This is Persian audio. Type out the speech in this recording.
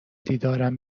دیدارم